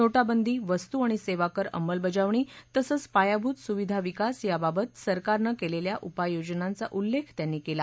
नोटाबंदी वस्तू आणि सेवाकर अंमलबजावणी तसंच पायाभूत सुविधा विकास याबाबत सरकारनं केलेल्या उपाययोजनांचा उल्लेख त्यांनी केला